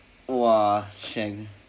!wah! shag